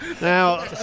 Now